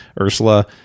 ursula